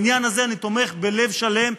בעניין הזה אני תומך בלב שלם.